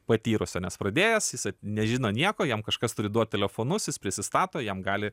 patyrusio nes pradėjęs jis nežino nieko jam kažkas turi duot telefonus jis prisistato jam gali